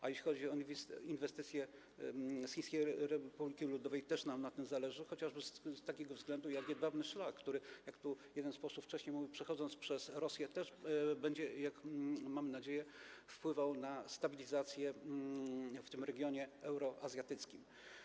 A jeśli chodzi o inwestycje Chińskiej Republiki Ludowej, to też nam na tym zależy, chociażby ze względu na jedwabny szlak, który - jak tu jeden z posłów wcześniej mówił - przychodząc przez Rosję, też będzie, mam nadzieję, wpływał na stabilizację w tym regionie euroazjatyckim.